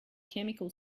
chemical